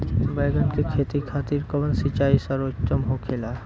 बैगन के खेती खातिर कवन सिचाई सर्वोतम होखेला?